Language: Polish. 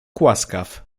łaskaw